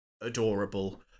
adorable